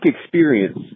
experience